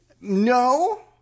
no